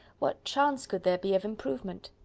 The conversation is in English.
what chance could there be of improvement?